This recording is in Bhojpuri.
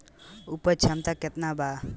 उपज क्षमता केतना वा?